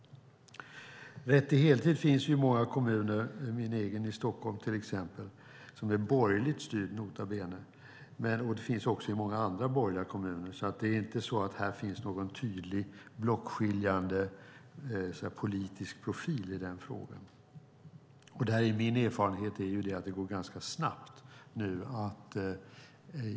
Rätt till heltid finns i många kommuner, till exempel min egen, Stockholm, som är borgerligt styrd, nota bene, och många andra borgerliga kommuner. Det är inte så att det finns någon tydlig blockskiljande politisk profil i den frågan. Min erfarenhet är att det går ganska snabbt nu.